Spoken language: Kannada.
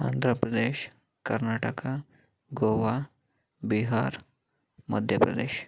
ಆಂಧ್ರಪ್ರದೇಶ್ ಕರ್ನಾಟಕ ಗೋವಾ ಬಿಹಾರ ಮಧ್ಯಪ್ರದೇಶ್